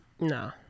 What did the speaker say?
no